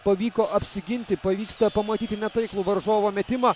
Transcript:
pavyko apsiginti pavyksta pamatyti netaiklų varžovo metimą